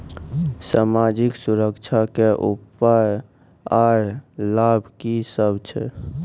समाजिक सुरक्षा के उपाय आर लाभ की सभ छै?